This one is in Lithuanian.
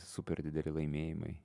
super dideli laimėjimai